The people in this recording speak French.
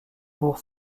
bourg